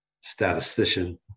statistician